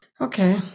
Okay